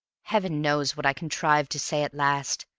heaven knows what i contrived to say at last.